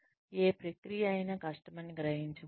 ఏ ప్రక్రియ అయినా కష్టమని గ్రహించవచ్చు